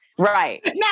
Right